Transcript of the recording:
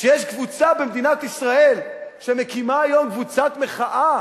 שיש קבוצה במדינת ישראל שמקימה היום קבוצת מחאה